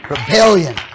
Rebellion